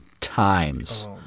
times